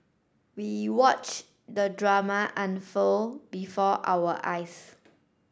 we watched the drama unfold before our eyes